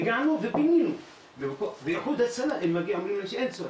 הגענו ופינינו ואיחוד הצלה הם אומרים שאין צורך,